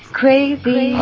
crazy